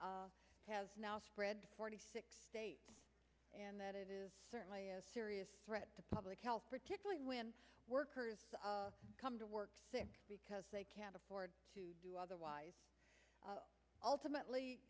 it has now spread to forty six states and that it is certainly a serious threat to public health particularly when workers come to work because they can't afford to do otherwise ultimately